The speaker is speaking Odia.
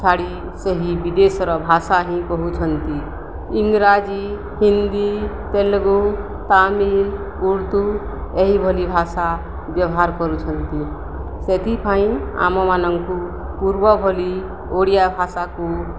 ଛାଡ଼ି ସେହି ବିଦେଶର ଭାଷା ହିଁ କହୁଛନ୍ତି ଇଂରାଜୀ ହିନ୍ଦୀ ତେଲୁଗୁ ତାମିଲ ଉର୍ଦ୍ଦୁ ଏହିଭଳି ଭାଷା ବ୍ୟବହାର କରୁଛନ୍ତି ସେଥିପାଇଁ ଆମମାନଙ୍କୁ ପୂର୍ବ ଭଳି ଓଡ଼ିଆ ଭାଷାକୁ